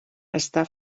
està